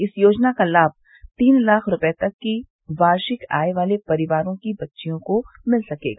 इस योजना का लाभ तीन लाख रूपये तक की वार्षिक आय वाले परिवार की बच्चियों को मिल सकेगा